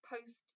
post